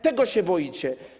Tego się boicie.